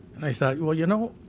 i thought, well you know,